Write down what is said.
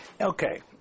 Okay